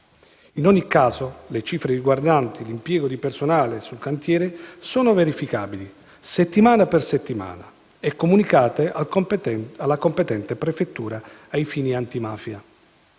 In ogni caso, le cifre riguardanti l'impiego di personale sul cantiere sono verificabili, settimana per settimana, e comunicate alla competente prefettura ai fini antimafia.